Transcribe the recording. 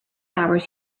hours